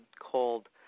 called